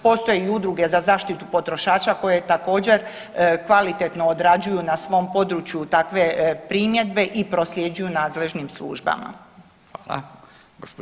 Postoje i udruge za zaštitu potrošača koje također kvalitetno odrađuju na svom području takve primjedbe i prosljeđuju nadležnim službama.